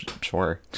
Sure